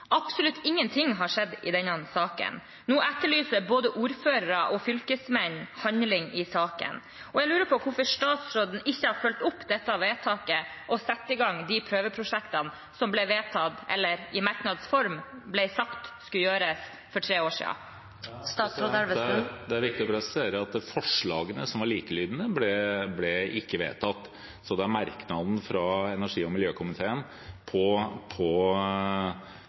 Absolutt ingenting har skjedd i denne saken. Nå etterlyser både ordførere og fylkesmenn handling. Jeg lurer på hvorfor statsråden ikke har fulgt opp dette vedtaket og satt i gang de prøveprosjektene som ble vedtatt, eller som det i merknads form ble sagt skulle gjøres for tre år siden. Det er viktig å presisere at forslagene, som var likelydende, ikke ble vedtatt. Det er merknaden fra energi- og miljøkomiteen til forslaget som er der. Dette er altså et forslag som ikke er utredet på